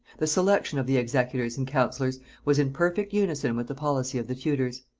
the selection of the executors and counsellors was in perfect unison with the policy of the tudors.